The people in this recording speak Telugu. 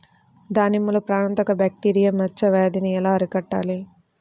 దానిమ్మలో ప్రాణాంతక బ్యాక్టీరియా మచ్చ వ్యాధినీ ఎలా అరికట్టాలి?